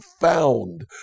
found